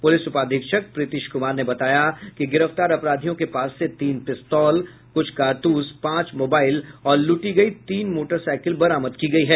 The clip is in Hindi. पुलिस उपाधीक्षक प्रीतिश कुमार ने बताया कि गिरफ्तार अपराधियों के पास से तीन पिस्तौल कुछ कारतूस पांच मोबाईल और लूटी गई तीन मोटरसाइकिल बरामद की गयी है